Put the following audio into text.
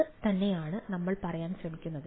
ഇത് തന്നെയാണ് നമ്മൾ പറയാൻ ശ്രമിക്കുന്നത്